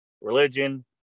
religion